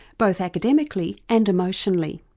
both academically and emotionally.